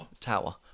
tower